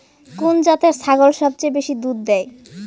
কুন জাতের ছাগল সবচেয়ে বেশি দুধ দেয়?